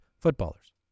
footballers